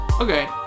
Okay